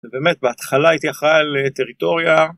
ובאמת בהתחלה הייתי אחראי על טריטוריה